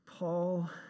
Paul